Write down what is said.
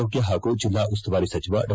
ಆರೋಗ್ಯ ಪಾಗೂ ಜಲ್ಲಾ ಉಸ್ತುವಾರಿ ಸಚಿವ ಡಾ